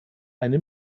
eine